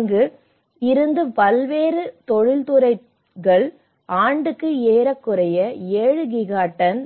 அங்கு இருந்த பல்வேறு தொழில்துறை துறைகள் ஆண்டுக்கு ஏறக்குறைய 7 ஜிகா டன்